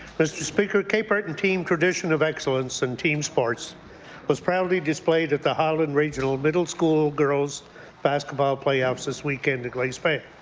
mr. speaker, cape breton team tradition of excellence and team sports was proudly displayed at the highland regional middle school girls basketball play-offs this weekend in glace bay.